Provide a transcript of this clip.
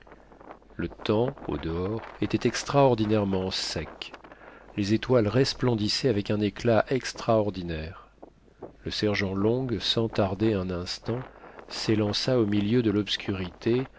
le temps au-dehors était extraordinairement sec les étoiles resplendissaient avec un éclat extraordinaire le sergent long sans tarder un instant s'élança au milieu de l'obscurité